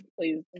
please